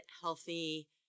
healthy